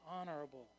honorable